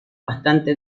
bastante